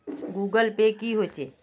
Google Pay की होचे?